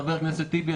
חבר הכנסת טיבי,